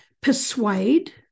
persuade